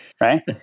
Right